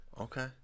Okay